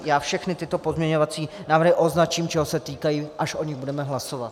Já všechny tyto pozměňovacími návrhy označím, čeho se týkají, až o nich budeme hlasovat.